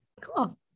Cool